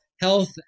health